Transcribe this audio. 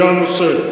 זה הנושא.